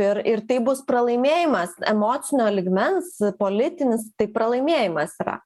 ir ir tai bus pralaimėjimas emocinio lygmens politinis pralaimėjimas yra